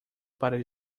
para